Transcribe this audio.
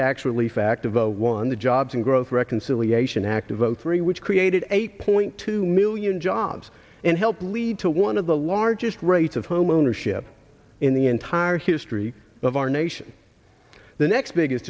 tax relief act of one the jobs and growth reconciliation act of zero three which created eight point two million jobs and helped lead to one of the largest rates of home ownership in the entire history of our nation the next biggest